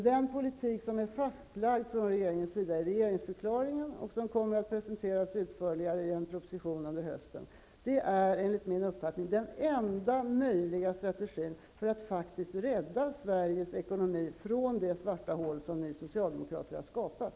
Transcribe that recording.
Den politik som är fastlagd från regeringens sida i regeringsförklaringen och som kommer att presenteras utförligare i proposition under hösten är enligt min uppfattning den enda möjliga strategin för att faktiskt rädda Sveriges ekonomi från det svarta hål som ni socialdemokrater har skapat.